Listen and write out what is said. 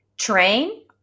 Train